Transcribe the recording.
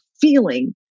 feeling